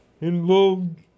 involved